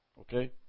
Okay